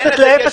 נתייחס גם אליו.